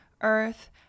Earth